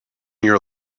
your